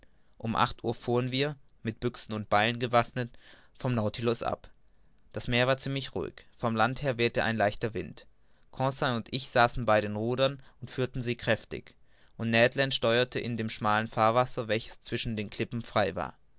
um acht uhr fuhren wir mit büchsen und beilen gewaffnet vom nautilus ab das meer war ziemlich ruhig vom land her wehte ein leichter wind conseil und ich saßen bei den rudern und führten sie kräftig und ned steuerte in dem schmalen fahrwasser welches zwischen den klippen frei war